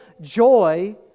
joy